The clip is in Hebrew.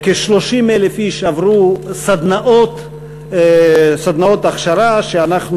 כ-30,000 איש עברו סדנאות הכשרה שאנחנו